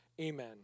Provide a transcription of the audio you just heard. Amen